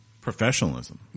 Professionalism